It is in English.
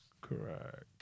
correct